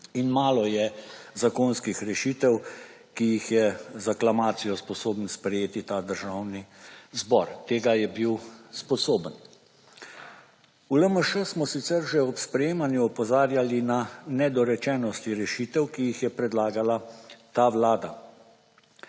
in malo je zakonskih rešitev, ki jih je z reklamacijo sposoben sprejeti ta Državni zbor. Tega je bil sposoben. V LMŠ smo sicer že ob sprejemanju opozarjali na nedorečenosti rešitev, ki jih je predlagala ta Vlada